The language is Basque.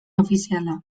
ofiziala